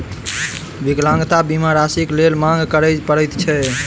विकलांगता बीमा राशिक लेल मांग करय पड़ैत छै